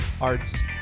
arts